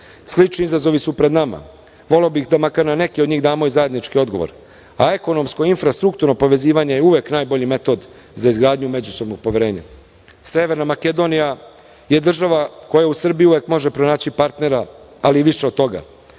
Slični izazovi su pred nama. Voleo bih da makar na neke od njih damo i zajedničke odgovore, a ekonomsko i infrastrukturno povezivanje je uvek najbolji metod za izgradnju međusobnog poverenja. Severna Makedonija je država koja u Srbiji uvek može pronaći partnera, ali i više od toga.